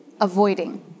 avoiding